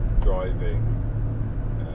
driving